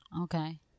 Okay